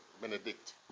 benedict